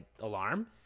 alarm